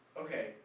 ok.